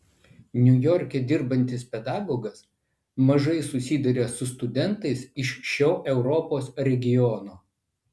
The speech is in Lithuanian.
niujorke dirbantis pedagogas mažai susiduria su studentais iš šio europos regiono